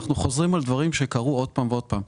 אנחנו חוזרים על דברים שקרו עוד פעם ועוד פעם.